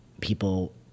people